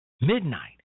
Midnight